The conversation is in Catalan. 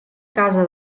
casa